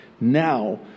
now